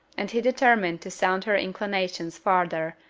and he determined to sound her inclinations farther,